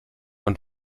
und